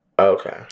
Okay